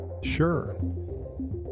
Sure